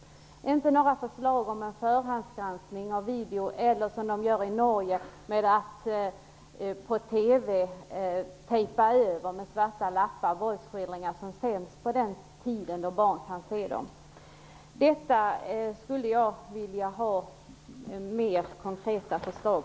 Hon nämnde ingenting om några förslag om förhandsgranskning av video eller om åtgärder av det slag man har vidtagit i Norge. När våldsskildringar sänds på TV på tider då barn kan se dem, tejpas de över med svarta lappar. Jag skulle vilja ha flera konkreta förslag.